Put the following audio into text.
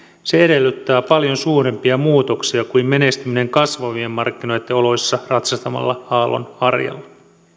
se edellyttää paljon suurempia muutoksia kuin menestyminen kasvavien markkinoitten oloissa ratsastamalla aallonharjalla